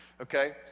Okay